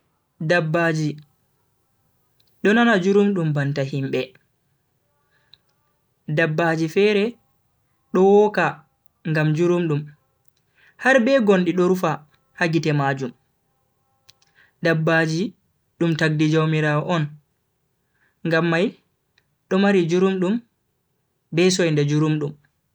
Dabbaji do nana jurumdum banta himbe. dabbaji fere do woka ngam jurumdum har be gondi do rufa ha gite majum. dabbaji dum tagdi jaumirawo on ngam mai do mara jurumdum be soinde jurumdum.